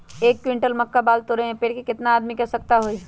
एक क्विंटल मक्का बाल तोरे में पेड़ से केतना आदमी के आवश्कता होई?